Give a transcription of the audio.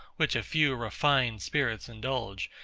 which a few refined spirits indulge,